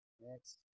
Next